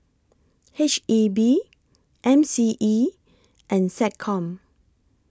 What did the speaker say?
H E B M C E and Seccom